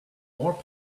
more